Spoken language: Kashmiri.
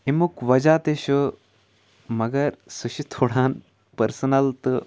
اَمیُک وجہ تہِ چھُ مگر سُہ چھِ تھوڑا پٔرسٕنَل تہٕ